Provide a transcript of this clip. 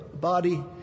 body